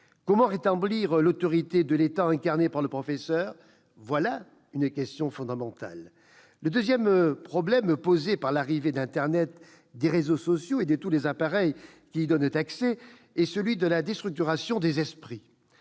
Comment rétablir l'autorité de l'État incarnée par le professeur ? Voilà une question fondamentale. Le deuxième problème posé par l'arrivée d'internet, des réseaux sociaux et de tous les appareils qui y donnent accès est celui de la déstructuration des esprits.